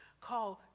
called